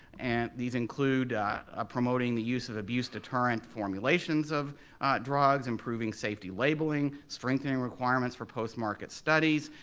and these include ah promoting the use of abuse-deterrent formulations of drugs, improving safety labeling, strengthening requirements for post-market studies,